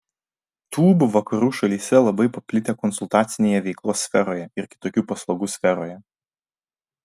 tūb vakarų šalyse labai paplitę konsultacinėje veiklos sferoje ir kitokių paslaugų sferoje